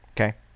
Okay